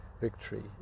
victory